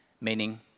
meaning